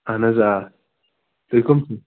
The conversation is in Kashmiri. اَہَن حظ آ تُہۍ کٕم چھِو